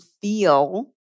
feel